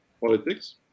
politics